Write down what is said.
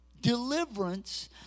deliverance